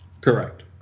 Correct